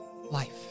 life